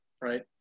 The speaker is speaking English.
right